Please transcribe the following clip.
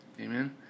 Amen